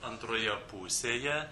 antroje pusėje